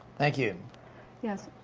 thank you yes.